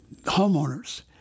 homeowners